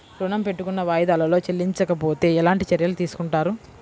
ఋణము పెట్టుకున్న వాయిదాలలో చెల్లించకపోతే ఎలాంటి చర్యలు తీసుకుంటారు?